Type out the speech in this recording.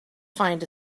find